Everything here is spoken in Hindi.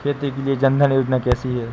खेती के लिए जन धन योजना कैसी है?